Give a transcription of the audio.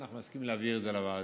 ואנחנו נסכים להעביר את זה לוועדה,